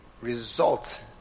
result